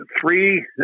three